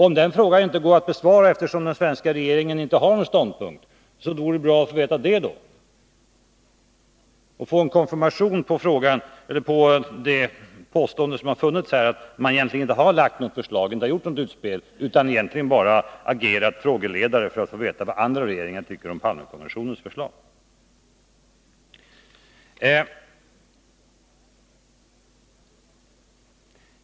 Om den frågan inte går att besvara eftersom den svenska regeringen inte har någon ståndpunkt, då vore det bra att få veta detta och få konfirmation på det påstående som funnits om att man egentligen inte har lagt något förslag, inte gjort något utspel, utan bara agerat frågeledare för att få veta vad andra regeringar tycker om Palmekommissionens förslag.